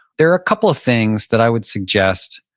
there are a couple of things that i would suggest.